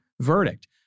verdict